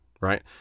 right